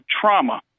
trauma